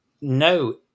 no